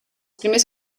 primers